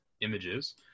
images